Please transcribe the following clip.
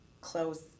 close